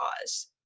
cause